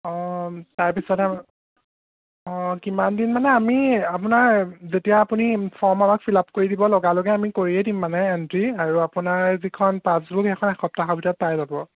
অঁ তাৰপিছতহে অঁ কিমানদিন মানে আমি আপোনাৰ যেতিয়া আপুনি ফৰ্ম আমাক ফিলআপ কৰি দিব লগালগে আমি কৰিয়ে দিম মানে এণ্ট্ৰি আৰু আপোনাৰ যিখন পাছবুক হেইখন এসপ্তাহৰ ভিতৰত পাই যাব